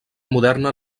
moderna